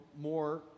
more